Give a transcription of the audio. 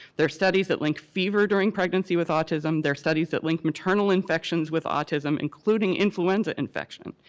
there are studies that link fever during pregnancy with autism. there are studies that link maternal infections with autism, including influenza infection.